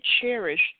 cherish